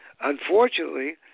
Unfortunately